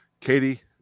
Katie